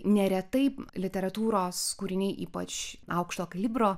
neretai literatūros kūriniai ypač aukšto kalibro